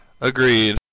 Agreed